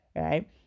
right